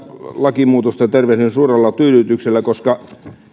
lakimuutosta tervehdin suurella tyydytyksellä koska